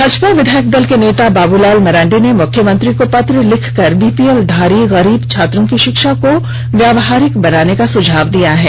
भाजपा विधायक दल के नेता बाबूलाल मरांडी ने मुख्यमंत्री को पत्र लिखकर बीपीएलधारी गरीब छात्रों की शिक्षा को व्यवहारिक बनाने का सुझाव दिया है